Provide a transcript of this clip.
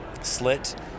slit